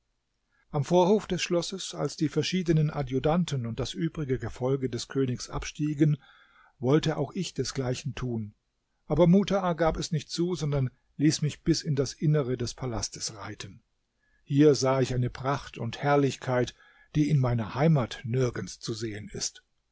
am vorhof des schlosses als die verschiedenen adjutanten und das übrige gefolge des königs abstiegen wollte auch ich desgleichen tun aber mutaa gab es nicht zu sondern ließ mich bis in das innere des palastes reiten hier sah ich eine pracht und herrlichkeit die in meiner heimat nirgends zu sehen ist